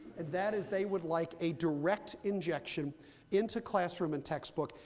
and that is they would like a direct injection into classroom and textbook.